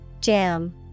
Jam